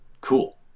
cool